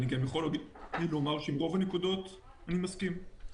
ואני יכול להגיד שעם רוב הנקודות אני מסכים.